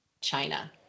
China